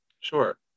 Sure